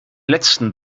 letzten